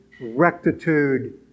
rectitude